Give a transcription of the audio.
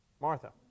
Martha